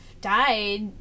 died